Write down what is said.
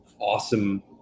awesome